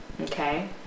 Okay